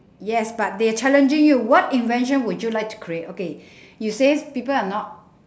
yes but they're challenging you what invention would you like to create okay you say people are not